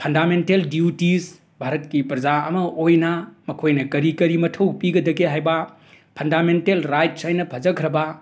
fundamental duties ꯚꯥꯔꯠꯀꯤ ꯄ꯭ꯔꯖꯥ ꯑꯃ ꯑꯣꯏꯅ ꯃꯈꯣꯏꯅ ꯀꯔꯤ ꯀꯔꯤ ꯃꯊꯧ ꯄꯤꯒꯗꯒꯦ ꯍꯥꯏꯕ ꯐꯟꯗꯥꯃꯦꯟꯇꯦꯜ ꯔꯥꯏꯠꯁ ꯍꯥꯏꯅ ꯐꯖꯈ꯭ꯔꯕ